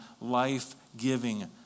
life-giving